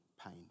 pain